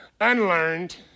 unlearned